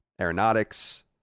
aeronautics